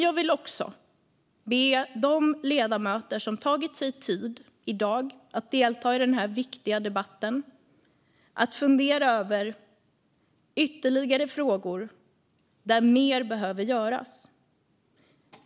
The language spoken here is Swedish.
Jag vill också be de ledamöter som har tagit sig tid i dag att delta i den här viktiga debatten att fundera över ytterligare frågor där mer behöver göras.